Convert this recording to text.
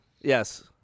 Yes